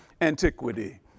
antiquity